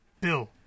Bill